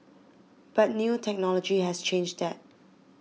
but new technology has changed that